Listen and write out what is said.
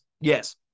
Yes